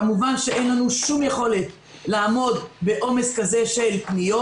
כמובן שאין לנו שום יכולת לעמוד בעומס כזה של פניות.